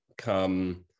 come